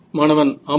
மாணவன் ஆமாம்